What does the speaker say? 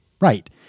Right